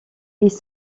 ils